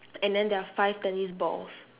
and then there are five tennis balls